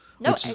No